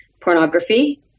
pornography